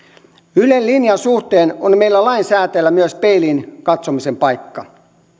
ylen linjan suhteen on meillä lainsäätäjillä myös peiliin katsomisen paikka